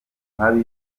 habi